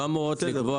הן לא אמורות לקבוע.